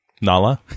Nala